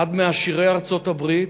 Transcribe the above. אחד מעשירי ארצות-ברית,